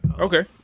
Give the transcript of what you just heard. okay